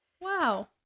Wow